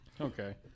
Okay